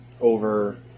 over